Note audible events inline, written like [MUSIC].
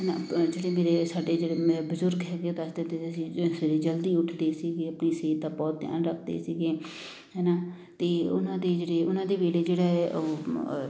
[UNINTELLIGIBLE] ਜਿਹੜੇ ਮੇਰੇ ਸਾਡੇ ਜਿਹੜੇ ਬਜ਼ੁਰਗ ਹੈਗੇ ਉਹ ਦੱਸਦੇ [UNINTELLIGIBLE] ਸੀ [UNINTELLIGIBLE] ਸਵੇਰੇ ਜਲਦੀ ਉੱਠਦੇ ਸੀਗੇ ਆਪਣੀ ਸਿਹਤ ਦਾ ਬਹੁਤ ਧਿਆਨ ਰੱਖਦੇ ਸੀਗੇ ਹੈ ਨਾ ਅਤੇ ਉਹਨਾਂ ਦੇ ਜਿਹੜੇ ਉਹਨਾਂ ਦੇ ਵੇਲੇ ਜਿਹੜਾ ਹੈ ਉਹ